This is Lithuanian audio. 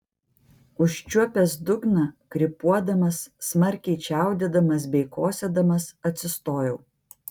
užčiuopęs dugną krypuodamas smarkiai čiaudėdamas bei kosėdamas atsistojau